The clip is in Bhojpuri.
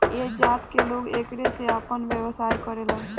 ऐह जात के लोग एकरे से आपन व्यवसाय करेलन सन